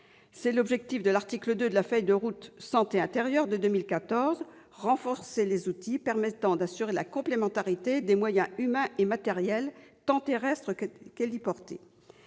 C'est l'objectif de l'axe 2 de la feuille de route santé-intérieur de 2014, à savoir « renforcer les outils permettant d'assurer la complémentarité des moyens humains et matériels, tant terrestres qu'héliportés.